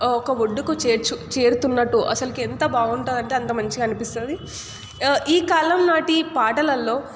ఒక ఒడ్డుకు చేర్చు చేరుతున్నట్టు అసలుకి ఎంత బాగుంటుంది అంటే అంత మంచిగా అనిపిస్తుంది ఈ కాలం నాటి పాటలలో